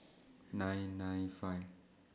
nine nine five